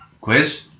Quiz